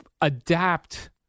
adapt